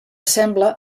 sembla